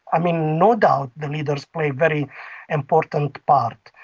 i mean, no doubt the leaders play a very important part,